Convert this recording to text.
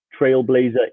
trailblazer